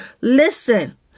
listen